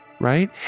Right